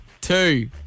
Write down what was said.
two